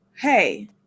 hey